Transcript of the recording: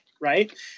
right